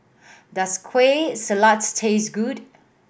does Kueh Salat taste good